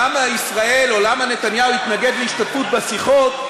למה ישראל או למה נתניהו התנגד להשתתפות בשיחות,